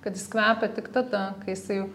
kad jis kvepia tik tada kai jisai